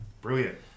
Brilliant